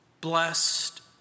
blessed